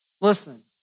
Listen